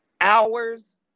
hours